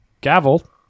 gavel